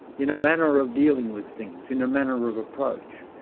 in a manner of dealing with things, in a manner of approach.